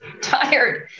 tired